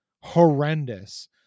horrendous